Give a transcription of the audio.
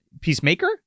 Peacemaker